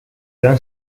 gran